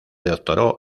doctoró